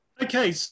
Okay